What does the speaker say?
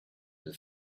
and